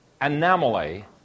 anomaly